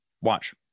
watch